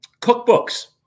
cookbooks